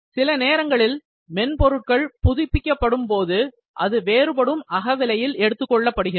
சில நேரங்களில் மென்பொருட்கள் புதுப்பிக்கப்படும் போது அது வேறுபடும் அகவிலையில் எடுத்துக்கொள்ளப்படுகிறது